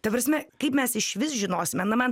ta prasme kaip mes išvis žinosime na man